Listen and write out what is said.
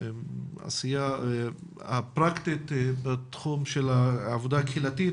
העשייה הפרקטית בתחום של העבודה הקהילתי,